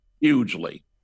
Hugely